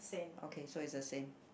okay so is the same